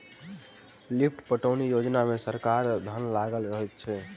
lift पटौनी योजना मे सरकारक धन लागल रहैत छै